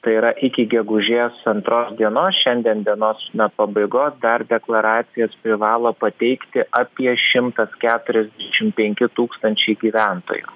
tai yra iki gegužės antros dienos šiandien dienos na pabaigos dar deklaracijas privalo pateikti apie šimtas keturiasdešimt penki tūkstančiai gyventojų